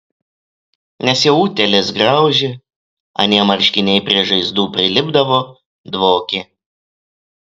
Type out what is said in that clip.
nes jau utėlės graužė anie marškiniai prie žaizdų prilipdavo dvokė